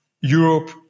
Europe